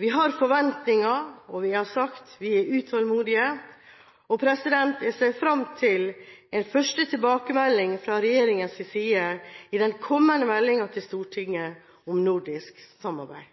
Vi har forventninger, og vi har sagt at vi er utålmodige. Jeg ser fram til en første tilbakemelding fra regjeringens side i den kommende meldingen til Stortinget om nordisk samarbeid.